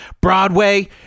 broadway